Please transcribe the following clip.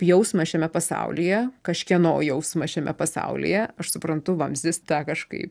jausmas šiame pasaulyje kažkieno jausmą šiame pasaulyje aš suprantu vamzdis tą kažkaip